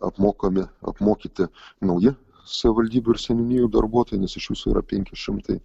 apmokomi apmokyti nauji savivaldybių ir seniūnijų darbuotojai nes iš viso yra penki šimtai